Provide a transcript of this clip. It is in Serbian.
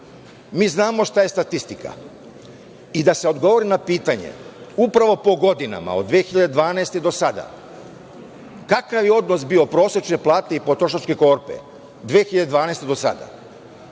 Mi znamo šta je statistika i da se odgovori na pitanje upravo po godinama od 2012. godine do sada, kakav je odnos bio prosečne plate i potrošačke korpe od 2012. godine